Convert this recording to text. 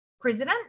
president